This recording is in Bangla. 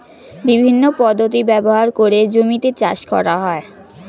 বিভিন্ন পদ্ধতি ব্যবহার করে জমিতে চাষ করা হয়